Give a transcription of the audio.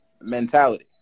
mentality